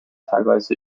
teilweise